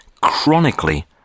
chronically